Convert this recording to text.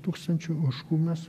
tūkstančių ožkų mes